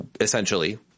essentially